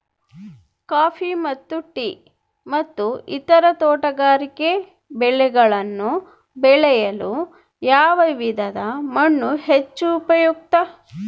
Coffee ಮತ್ತು tea ಮತ್ತು ಇತರ ತೋಟಗಾರಿಕೆ ಬೆಳೆಗಳನ್ನು ಬೆಳೆಯಲು ಯಾವ ವಿಧದ ಮಣ್ಣು ಹೆಚ್ಚು ಉಪಯುಕ್ತ?